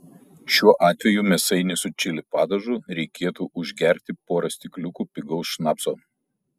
šiuo atveju mėsainį su čili padažu reikėtų užgerti pora stikliukų pigaus šnapso